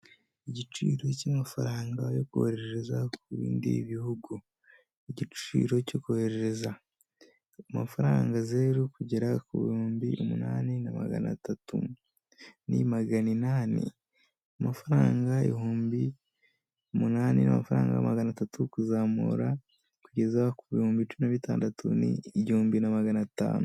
Igiciro cy'amafaranga yo koherereza ku bindi bihugu, igiciro cyo kohererereza amafaranga zeru kugera ku bihumbi umunani na magana atatu, ni magana inani amafaranga ibihumbi umunani n'amafaranga magana atatu kuzamura kugeza ku bihumbi cumi bitandatu ni igihumbi na magana atanu.